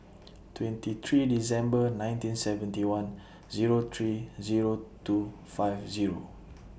twenty three December nineteen seventy one Zero three Zero two five Zero